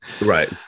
Right